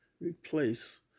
replace